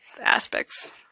aspects